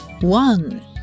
one